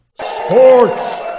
Sports